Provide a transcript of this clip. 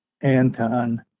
Anton